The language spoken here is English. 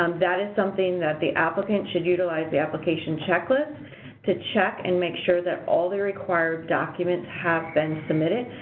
um that is something that the applicant should utilize the application checklist to check and make sure that all the required documents have been submitted.